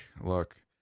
look